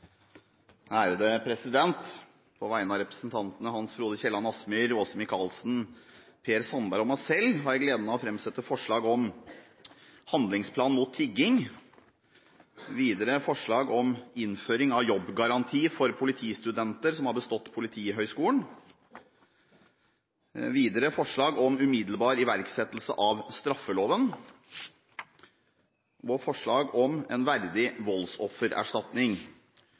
På vegne av representantene Hans Frode Kielland Asmyhr, Åse Michaelsen, Per Sandberg og meg selv har jeg gleden av å framsette forslag om handlingsplan mot tigging, videre forslag om innføring av jobbgaranti for politistudenter som har bestått Politihøgskolen, videre forslag om umiddelbar iverksettelse av straffeloven og forslag om en verdig voldsoffererstatning.